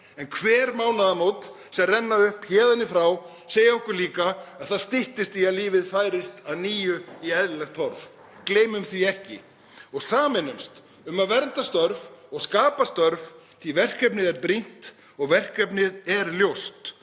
En hver mánaðamót sem renna upp héðan í frá segja okkur líka að það styttist í að lífið færist að nýju í eðlilegt horf. Gleymum því ekki. Sameinumst um að vernda störf og skapa störf því að verkefnið er brýnt og verkefnið er ljóst: